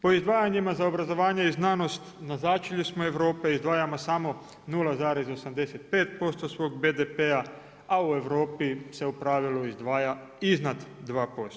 Po izdvajanjima za obrazovanje i znanost na začelju smo Europe, izdvajamo samo 0,85% svog BDP-a a u Europi se u pravilu izdvaja iznad 2%